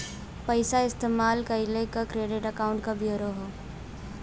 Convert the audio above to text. पइसा इस्तेमाल कइले क क्रेडिट अकाउंट क ब्योरा हौ